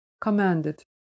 commanded